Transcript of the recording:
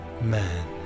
man